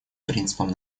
принципам